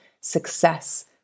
success